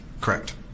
Correct